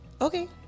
okay